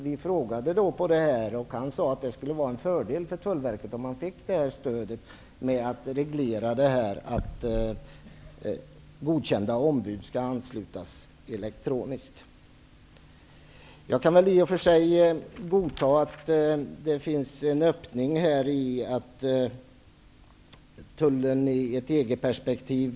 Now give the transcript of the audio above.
Vi frågade honom om detta. Han svarade att det skulle vara en fördel för Tullverket om godkända ombud anslöts elektroniskt. Jag kan i och för sig godta att det finns en öppning för Tullen i ett EG-perspektiv.